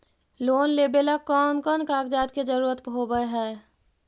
Loan लेबे ला कौन कौन कागजात के जरुरत होबे है?